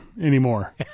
anymore